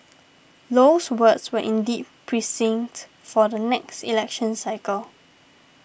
Low's words were indeed prescient for the next election cycle